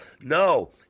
No